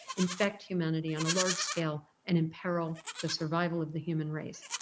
infect humanity on a large scale and imperil the survival of the human race.